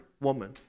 woman